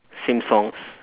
same songs